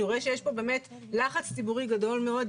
אני רואה שיש פה באמת לחץ ציבורי גדול מאוד,